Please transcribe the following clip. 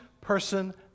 person